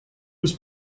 was